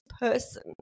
person